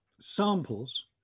samples